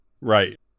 Right